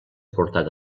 portat